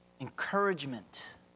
encouragement